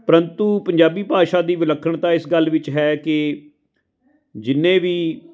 ਪਰੰਤੂ ਪੰਜਾਬੀ ਭਾਸ਼ਾ ਦੀ ਵਿਲੱਖਣਤਾ ਇਸ ਗੱਲ ਵਿੱਚ ਹੈ ਕਿ ਜਿੰਨੇ ਵੀ